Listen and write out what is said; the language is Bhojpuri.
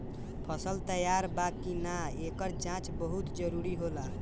फसल तैयार बा कि ना, एकर जाँच बहुत जरूरी होला